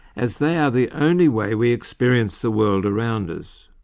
as they are the only way we experience the world around us.